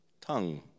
tongue